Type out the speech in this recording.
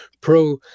pro